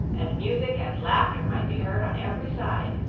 and music and laughter might be heard on every side.